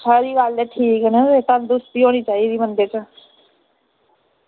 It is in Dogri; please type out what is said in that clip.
थुआढ़ी गल्ल ठीक न तंदरुस्ती होनी चाहिदी बंदे ई च